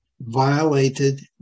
violated